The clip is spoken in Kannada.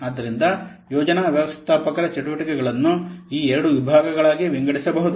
ಆದ್ದರಿಂದ ಯೋಜನಾ ವ್ಯವಸ್ಥಾಪಕರ ಚಟುವಟಿಕೆಗಳನ್ನು ಈ ಎರಡು ವಿಭಾಗಗಳಾಗಿ ವಿಂಗಡಿಸಬಹುದು